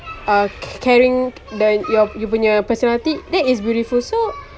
uh car~ caring the your you punya personality that is beautiful so